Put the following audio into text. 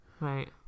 Right